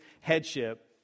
headship